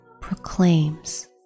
proclaims